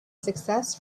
success